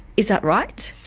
is that right?